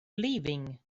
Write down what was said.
leaving